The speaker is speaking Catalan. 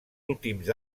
últims